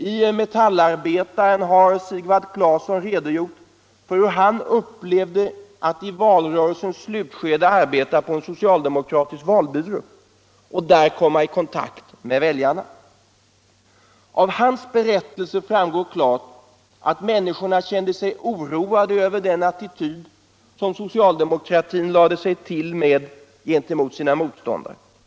I Me tallarbetaren har Sigvard Classon redogjort för hur han upplevde att i valrörelsens slutskede arbeta på en socialdemokratisk valbyrå och där komma i direkt kontakt med väljarna. Av hans berättelse framgår klart att människorna kände sig oroade över den attityd som socialdemokratin lagt sig till med gentemot sina motståndare.